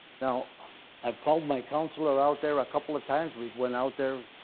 now i've called my councilor out there a couple of times. we've went out there,